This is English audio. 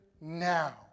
now